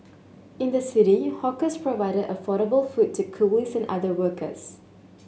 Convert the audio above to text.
in the city hawkers provided affordable food to coolies and other workers